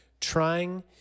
trying